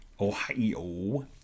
Ohio